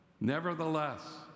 nevertheless